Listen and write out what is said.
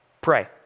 pray